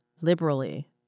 liberally